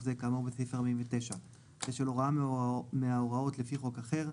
זה כאמור בסעיף 49 ושל הוראה מההוראות לפי חוק אחר,